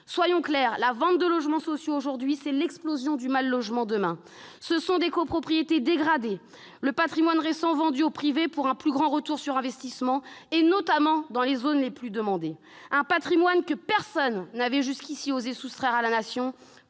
Soyons clairs : la vente de logements sociaux aujourd'hui, c'est l'explosion du mal-logement demain. Ce sont des copropriétés dégradées et le patrimoine récent vendu au privé pour un plus grand retour sur investissement, notamment dans les zones les plus demandées. Or, jusqu'ici, personne n'avait osé soustraire ce patrimoine